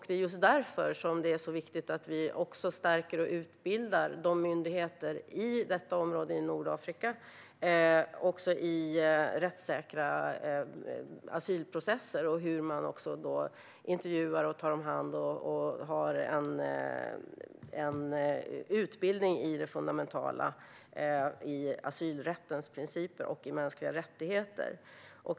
Det är just därför det är så viktigt att vi stärker och utbildar myndigheterna i detta område i Nordafrika i rättssäkra asylprocesser och hur man intervjuar och tar om hand och har en utbildning i det fundamentala i asylrättens principer och i mänskliga rättigheter.